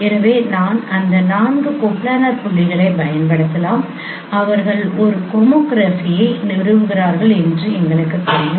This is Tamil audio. எனவே நான் அந்த 4 கோப்லானார் புள்ளிகளைப் பயன்படுத்தலாம் அவர்கள் ஒரு ஹோமோகிராஃபியை நிறுவுகிறார்கள் என்று எங்களுக்குத் தெரியும்